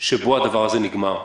שבו הדבר הזה ייגמר?